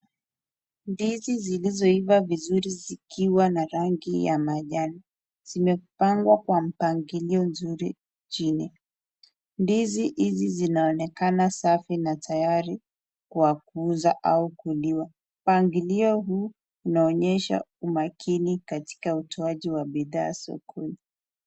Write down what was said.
Ndizi zilizoiiva vizuri zikiwa na rangi ya manjano zimepangwa kwa mpangilio mzuri chini. Ndizi hizi zinaonekana safi na tayari kwa kuuza au kuliwa. Mpangilio huu inaonyesha umakini katika utoaji wa bidha sokoni.